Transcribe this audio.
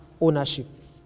ownership